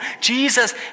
Jesus